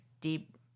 deep